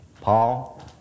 Paul